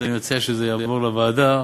ואני מציע שזה יועבר לוועדה.